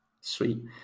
Sweet